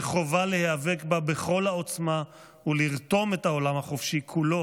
וחובה להיאבק בה בכל העוצמה ולרתום את העולם החופשי כולו